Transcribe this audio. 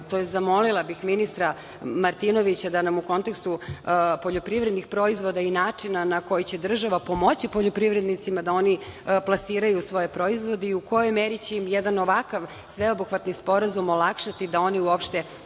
zamolila bih ministra Martinovića da nam u kontekstu poljoprivrednih proizvoda i načina na koji će država pomoći poljoprivrednicima da oni plasiraju svoje proizvode i u kojoj meri će im jedan ovakav Sveobuhvatni sporazum olakšati da oni uopšte